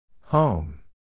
Home